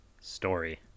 Story